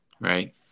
Right